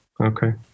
Okay